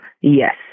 Yes